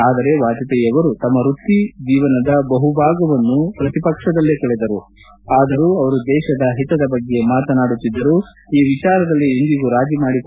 ಆದರೆ ವಾಜಪೇಯಿ ಅವರು ತಮ್ಮ ವೃತ್ತಿ ಜೀವನದ ಬಹು ಭಾಗವನ್ನು ಪ್ರತಿಪಕ್ಷದಲ್ಲೇ ಕಳೆದರು ಆದರೂ ಅವರು ದೇಶದ ಹಿತದ ಬಗ್ಗೆಯೇ ಮಾತನಾಡುತ್ತಿದ್ದರು ಈ ವಿಚಾರದಲ್ಲಿ ಎಂದಿಗೂ ರಾಜೀ ಮಾಡಿಕೊಳ್ಳಲಿಲ್ಲ ಎಂದರು